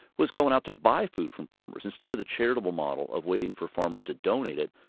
was going out to buy food from farmers. instead of the charitable model of waiting for farmers to donate it,